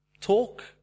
talk